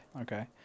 Okay